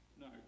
no